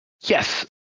Yes